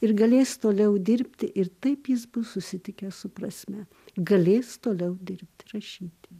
ir galės toliau dirbti ir taip jis bus susitikęs su prasme galės toliau dirbti rašyti